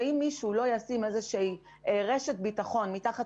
אם מישהו לא ישים איזושהי רשת ביטחון מתחת